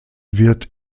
wird